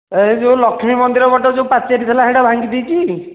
ଏହି ଯେଉଁ ଲକ୍ଷ୍ମୀ ମନ୍ଦିର ପଟ ଯେଉଁ ପାଚେରୀ ଥିଲା ହେଟା ଭାଙ୍ଗି ଦେଇଛି